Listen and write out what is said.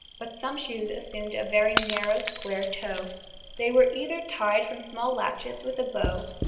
but some shoes assumed a very narrow square toe they were either tied from small latchets with a bow,